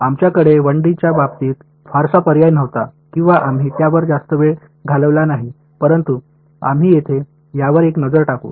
आमच्याकडे 1 डी च्या बाबतीत फारसा पर्याय नव्हता किंवा आम्ही त्यावर जास्त वेळ घालवला नाही परंतु आम्ही येथे यावर एक नजर टाकू